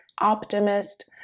optimist